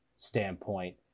standpoint